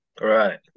right